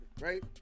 right